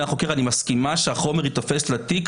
החוקר: אני מסכימה שהחומר ייתפס לתיק?